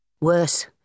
Worse